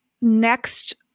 next